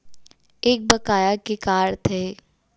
एक बकाया के का अर्थ हे?